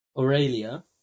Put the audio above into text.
Aurelia